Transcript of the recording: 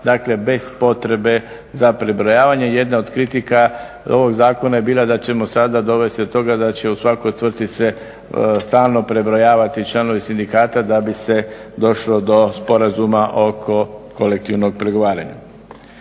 bez potrebe za prebrojavanje. Jedna od kritika ovog zakona je bila da ćemo sada dovesti do toga da će u svako tvrtki se stalno prebrojavati članovi sindikata da bi se došlo do sporazuma oko kolektivnog pregovaranja.